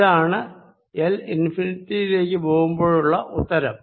ഇതാണ് L ഇൻഫിനിറ്റിയിലേക്ക് പോകുമ്പോഴുള്ള ഉത്തരം